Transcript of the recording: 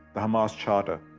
the hamas charter,